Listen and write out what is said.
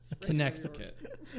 Connecticut